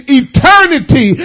eternity